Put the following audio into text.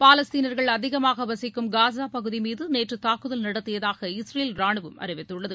பாலஸ்தீனர்கள் அதிகமாக வசிக்கும் காசா பகுதி மீது நேற்று தாக்குதல் நடத்தியதாக இஸ்ரேல் ராணுவம் அறிவித்துள்ளது